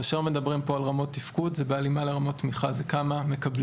כאשר מדברים פה על רמות תפקוד זה בהלימה לרמות תמיכה זה מה שמקבלים.